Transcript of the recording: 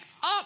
up